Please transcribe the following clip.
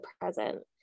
present